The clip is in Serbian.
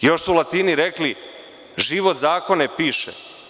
Još su Latini rekli – Život zakone piše.